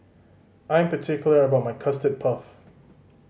I'm particular about my Custard Puff